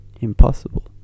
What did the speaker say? Impossible